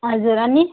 हजुर अनि